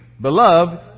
Beloved